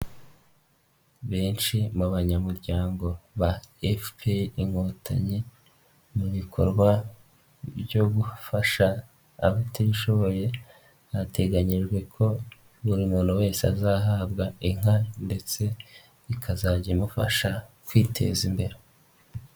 Benshi mu banyamuryango ba FPR Inkotanyi mu bikorwa byo gufasha abatishoboye hateganyijwe ko buri muntu wese azahabwa inka ndetse ikazajya imufasha kwiteza imbere.